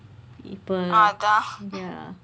இப்போ:ippoo ya